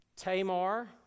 Tamar